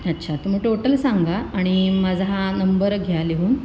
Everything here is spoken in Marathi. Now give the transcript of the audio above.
अच्छा तर मग टोटल सांगा आणि माझा हा नंबर घ्या लिहून